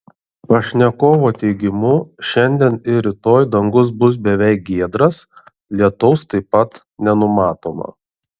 pašnekovo teigimu šiandien ir rytoj dangus bus beveik giedras lietaus taip pat nenumatoma